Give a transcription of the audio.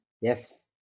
Yes